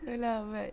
ya lah but